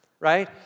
right